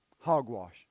Hogwash